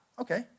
okay